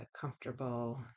comfortable